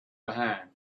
behind